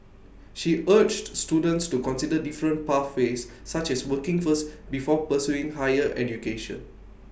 she urged students to consider different pathways such as working first before pursuing higher education